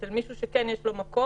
אצל מישהו שכן יש לו מקום.